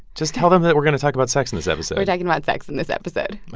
just tell them that we're to talk about sex in this episode we're talking about sex in this episode